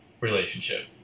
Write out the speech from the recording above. relationship